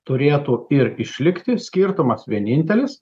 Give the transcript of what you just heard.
turėtų ir išlikti skirtumas vienintelis